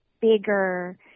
bigger